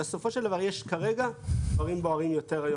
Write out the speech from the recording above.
בסופו של דבר, יש כרגע דברים בוערים יותר.